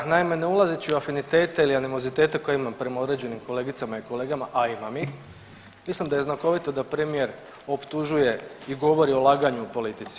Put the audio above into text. Naime, ne ulazeći u afinitete ili animozitete koje imam prema određenim kolegicama i kolegama, a imam ih, mislim da je znakovito da premijer optužuje i govori o laganju u politici.